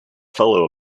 fellow